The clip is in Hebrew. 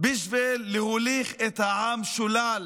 בשביל להוליך את העם שולל,